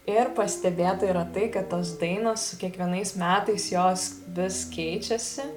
ir pastebėta yra tai kad tos dainos kiekvienais metais jos vis keičiasi